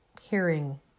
hearing